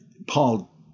Paul